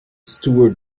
stuart